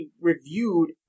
reviewed